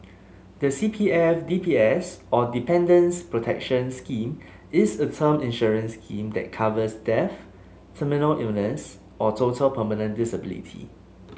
the C P F D P S or Dependants' Protection Scheme is a term insurance scheme that covers death terminal illness or total permanent disability